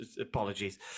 Apologies